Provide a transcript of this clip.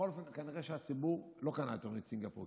בכל אופן כנראה שהציבור לא קנה את תוכנית סינגפור.